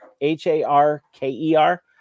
h-a-r-k-e-r